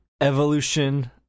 evolution